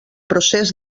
procés